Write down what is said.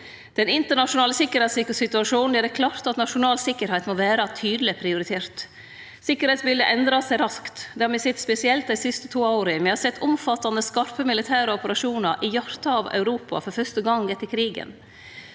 Den internasjonale sikkerheitssituasjonen gjer det klart at nasjonal sikkerheit må vere tydeleg prioritert. Sikkerheitsbiletet endrar seg raskt. Det har me sett spesielt dei siste to åra. Me har sett omfattande skarpe militære operasjonar i hjartet av Europa for fyrste gong etter krigen.